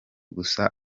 gusa